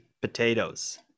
potatoes